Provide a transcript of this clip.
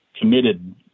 committed